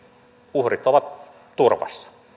uhrit ovat turvassa